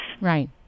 Right